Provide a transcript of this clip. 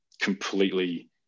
completely